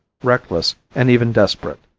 reckless and even desperate.